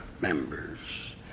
members